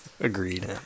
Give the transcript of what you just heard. Agreed